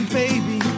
baby